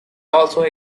also